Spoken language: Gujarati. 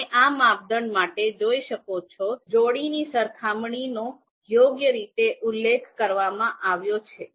તમે આ માપદંડ માટે જોઈ શકો છો જોડીની સરખામણીનો યોગ્ય રીતે ઉલ્લેખ કરવામાં આવ્યો છે